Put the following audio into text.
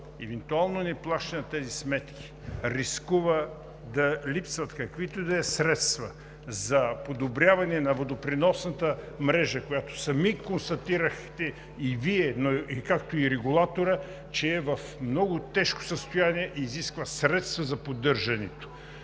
Евентуално неплащане на тези сметки рискува да липсват каквито и да е средства за подобряване на водопреносната мрежа, която сами констатирахте и Вие, както и регулаторът, че е в много тежко състояние и изисква средства за поддържане.